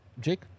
jake